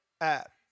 app